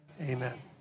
amen